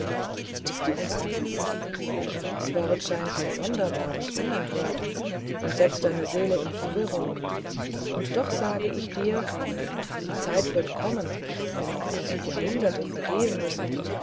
es gibt keine dies wort scheint dir sonderbar und unerhört und setzt deine seele in verwirrung und doch sage ich dir die zeit wird kommen wenn auch erst jahrhunderte vergehen müssen